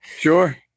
Sure